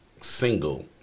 single